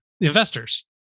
investors